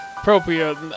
appropriate